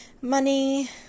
money